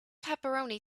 pepperoni